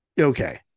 Okay